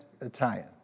Italian